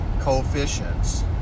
coefficients